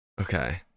Okay